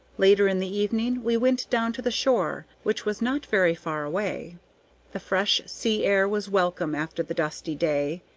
later in the evening we went down to the shore, which was not very far away the fresh sea-air was welcome after the dusty day,